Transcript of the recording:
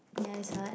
ya it's hard